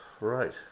Right